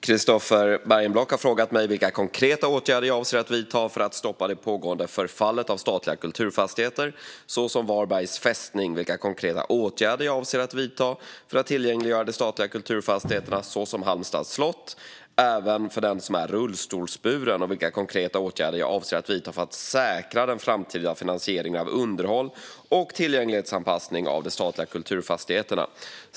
Fru talman! Christofer Bergenblock har frågat mig vilka konkreta åtgärder jag avser att vidta för att stoppa det pågående förfallet av statliga kulturfastigheter, såsom Varbergs fästning, vilka konkreta åtgärder jag avser att vidta för att tillgängliggöra de statliga kulturfastigheterna, såsom Halmstads slott, även för den som är rullstolsburen och vilka konkreta åtgärder jag avser att vidta för att säkra den framtida finansieringen av underhåll och tillgänglighetsanpassning av de statliga kulturfastigheterna.